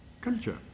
culture